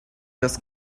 just